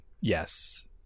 Yes